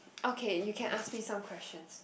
okay you can ask me some questions